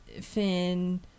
Finn